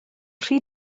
rhy